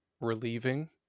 relieving